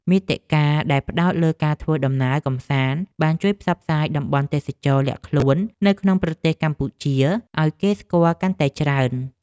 មាតិកាដែលផ្ដោតលើការធ្វើដំណើរកម្សាន្តបានជួយផ្សព្វផ្សាយតំបន់ទេសចរណ៍លាក់ខ្លួននៅក្នុងប្រទេសកម្ពុជាឱ្យគេស្គាល់កាន់តែច្រើន។